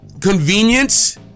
convenience